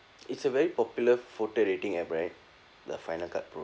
it's a very popular photo editing app right the final cut pro